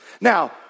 Now